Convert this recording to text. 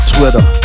Twitter